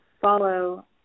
follow